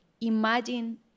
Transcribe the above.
imagine